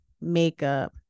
makeup